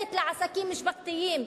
ללכת לעסקים משפחתיים.